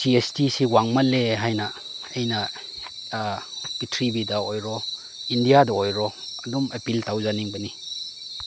G S ꯇꯤꯁꯦ ꯋꯥꯡꯃꯜꯂꯦ ꯍꯥꯏꯅ ꯑꯩꯅ ꯄꯤꯛꯊ꯭ꯔꯤꯕꯤꯗ ꯑꯣꯏꯔꯣ ꯏꯟꯗꯤꯌꯥꯗ ꯑꯣꯏꯔꯣ ꯑꯗꯨꯝ ꯑꯥꯄꯤꯜ ꯇꯧꯖꯅꯤꯡꯕꯅꯤ